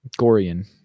Gorian